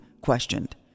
questioned